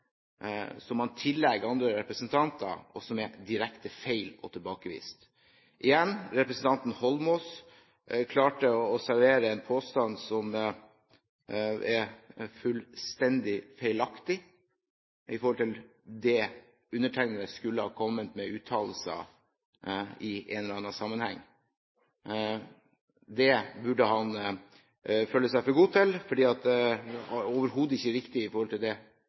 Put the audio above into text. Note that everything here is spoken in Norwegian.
som man tillegger andre representanter, og som er direkte feil – og tilbakevist. Igjen: Representanten Holmås klarte å servere en påstand som er fullstendig feilaktig i forhold til det undertegnede skulle ha kommet med av uttalelser i en eller annen sammenheng. Det burde han holde seg for god til, for det var overhodet ikke riktig i forhold til det